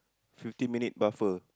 fifty minute buffer